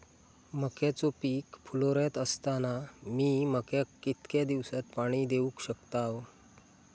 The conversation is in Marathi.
मक्याचो पीक फुलोऱ्यात असताना मी मक्याक कितक्या दिवसात पाणी देऊक शकताव?